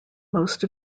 most